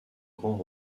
grand